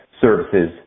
services